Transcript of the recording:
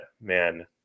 man